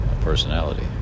personality